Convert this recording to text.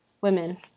women